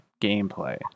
gameplay